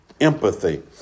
Empathy